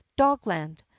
dogland